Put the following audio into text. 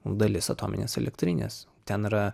dalis atominės elektrinės ten yra